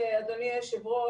אדוני היושב-ראש,